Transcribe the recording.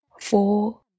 four